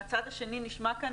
מהצד השני נשמע כאן